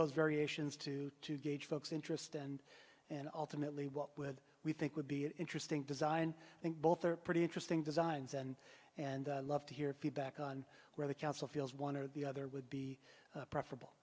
those variations to to gauge folks interest and and ultimately what we think would be an interesting design i think both are pretty interesting designs and and love to hear feedback on where the council feels one or the other would be preferable